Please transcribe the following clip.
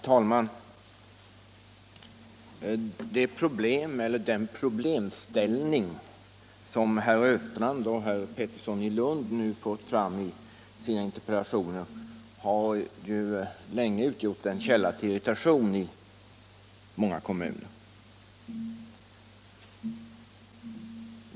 Herr talman! De problem som herr Östrand och herr Pettersson i Lund tagit upp i sina interpellationer har ju länge utgjort en källa till irritation i många kommuner.